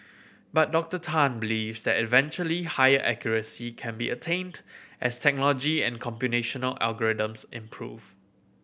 but Doctor Tan believes that eventually higher accuracy can be attained as technology and computational algorithms improve